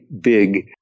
big